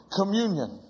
communion